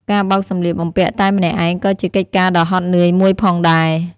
ការបោកសម្លៀកបំពាក់តែម្នាក់ឯងក៏ជាកិច្ចការដ៏ហត់នឿយមួយផងដែរ។